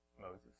Moses